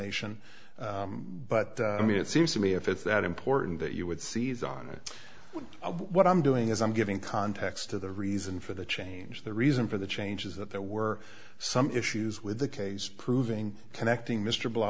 nation but i mean it seems to me if it's that important that you would seize on it what i'm doing is i'm giving context to the reason for the change the reason for the change is that there were some issues with the case proving connecting mr blah